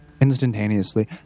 instantaneously